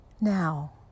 Now